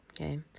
Okay